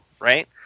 right